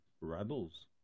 rebels